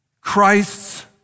Christ's